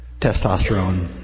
testosterone